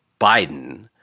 Biden